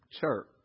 church